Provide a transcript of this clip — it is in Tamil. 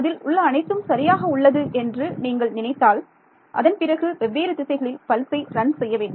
அதில் உள்ள அனைத்தும் சரியாக உள்ளது என்று நீங்கள் நினைத்தால் அதன் பிறகு வெவ்வேறு திசைகளில் பல்சை ரன் செய்ய வேண்டும்